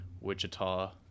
Wichita